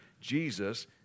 Jesus